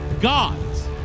gods